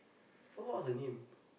forgot what was the name